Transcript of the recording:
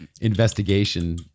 investigation